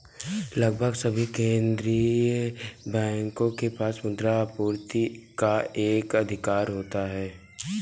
लगभग सभी केंदीय बैंकों के पास मुद्रा आपूर्ति पर एकाधिकार होता है